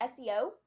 SEO